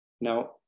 now